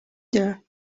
there